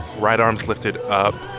right arms lifted up,